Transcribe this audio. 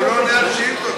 הוא לא עונה על שאילתות,